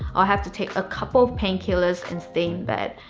i'll have to take a couple of painkillers and stay in bed.